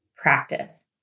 practice